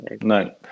no